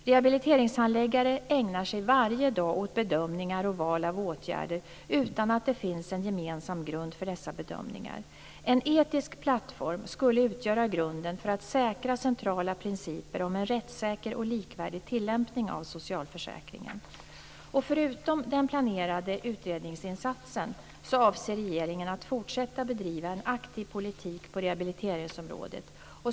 Rehabiliteringshandläggare ägnar sig varje dag åt bedömningar och val av åtgärder utan att det finns en gemensam grund för dessa bedömningar. En etisk plattform skulle utgöra grunden för att säkra centrala principer om en rättssäker och likvärdig tillämpning av socialförsäkringen. Förutom den planerade utredningsinsatsen avser regeringen att fortsätta bedriva en aktiv politik på rehabiliteringsområdet.